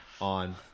on